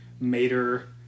Mater